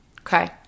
Okay